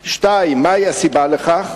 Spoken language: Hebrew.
2. מה הסיבה לכך?